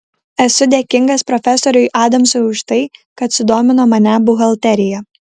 esu dėkingas profesoriui adamsui už tai kad sudomino mane buhalterija